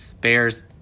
Bears